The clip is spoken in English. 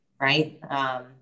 right